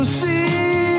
see